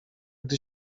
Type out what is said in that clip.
gdy